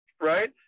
right